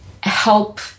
help